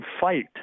fight